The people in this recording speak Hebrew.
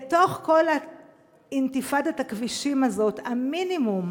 בתוך כל אינתיפאדת הכבישים הזאת, המינימום